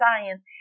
science